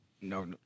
No